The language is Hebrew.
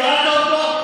קראת אותו.